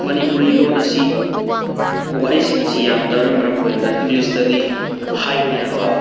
ꯃꯅꯤꯄꯨꯔꯤ ꯂꯣꯟ ꯑꯁꯤ ꯋꯥꯍꯩꯁꯤꯡ ꯑꯁꯤ ꯌꯥꯝꯗꯕꯅ ꯃꯔꯝ ꯑꯣꯏꯔꯒ ꯏꯪꯂꯤꯁꯇꯗꯤ ꯍꯥꯏꯕ ꯌꯥꯕ